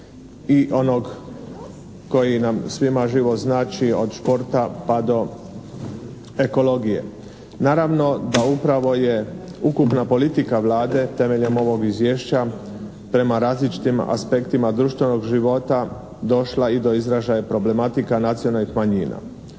i onog koji nam svima život znači od športa pa do ekologije. Naravno, da upravo je ukupna politika Vlade temeljem ovog izvješća prema različitim aspektima društvenog života došla i do izražaja problematika nacionalnih manjina.